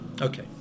Okay